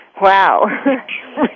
Wow